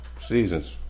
seasons